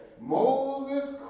Moses